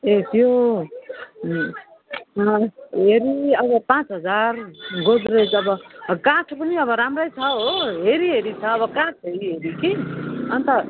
यो हेरि अब पाँच हजार गोद्रेज अब काठ पनि अब राम्रै छ हो हेरिहेरि छ अब काठ हेरिहेरि कि अन्त